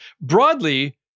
Broadly